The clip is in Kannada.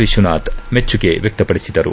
ವಿಶ್ವನಾಥ್ ಮೆಚ್ಚುಗೆ ವ್ಯಕ್ತಪಡಿಸಿದರು